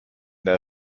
der